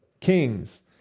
kings